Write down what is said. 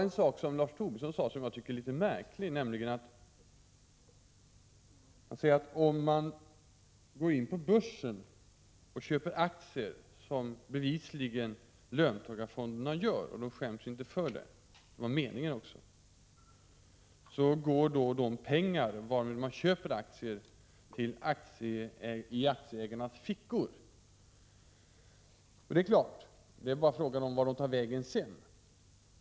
En sak som Lars Tobisson anförde tyckte jag var litet märklig, nämligen att om man går in på börsen och köper aktier, som löntagarfonderna bevisligen gör — och de skäms inte för det, det var ju faktiskt meningen — så går de pengar varmed man köper aktierna i aktieägarnas fickor. Ja, det är klart. Frågan är bara vart de tar vägen sedan.